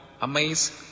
amazed